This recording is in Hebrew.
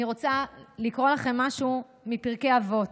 אני רוצה לקרוא לכם משהו מפרקי אבות,